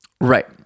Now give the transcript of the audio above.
right